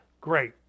great